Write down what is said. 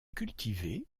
cultivée